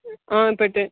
ஆ இப்போ கே